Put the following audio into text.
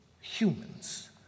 humans